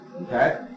okay